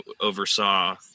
oversaw